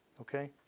okay